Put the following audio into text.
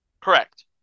Correct